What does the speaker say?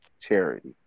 Charity